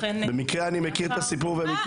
במקרה אני מכיר את הסיפור והם התנצלו.